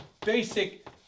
basic